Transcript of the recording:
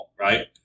right